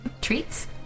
Treats